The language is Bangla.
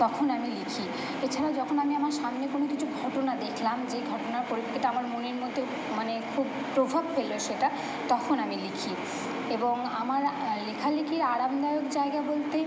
তখন আমি লিখি এছাড়া যখন আমি আমার সামনে কোনো কিছু ঘটনা দেখলাম যে ঘটনার পরিপ্রেক্ষিতে আমার মনের মধ্যেও মানে খুব প্রভাব ফেললো সেটা তখন আমি লিখি এবং আমার লেখালিখির আরামদায়ক জায়গা বলতে